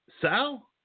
Sal